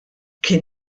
kien